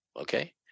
Okay